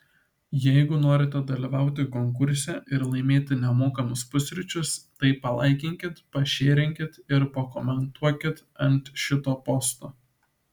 jeigu norite dalyvauti konkurse ir laimėti nemokamus pusryčius tai palaikinkit pašėrinkit ir pakomentuokit ant šito posto